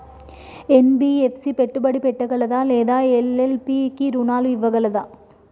NBFC పెట్టుబడి పెట్టగలదా లేదా ఎల్.ఎల్.పి కి రుణాలు ఇవ్వగలదా?